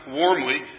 warmly